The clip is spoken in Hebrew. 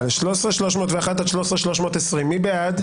נפל.13,241 עד 13,260, מי בעד?